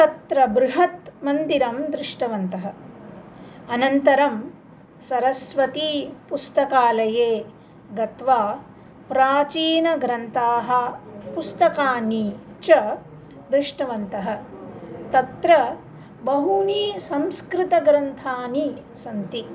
तत्र बृहत् मन्दिरं दृष्टवन्तः अनन्तरं सरस्वती पुस्तकालये गत्वा प्राचीनाः ग्रन्थाः पुस्तकानि च दृष्टवन्तः तत्र बहूनि संस्कृतग्रन्थानि सन्ति